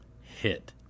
hit